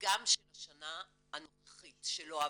גם של השנה הנוכחית שלא עבדה,